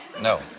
No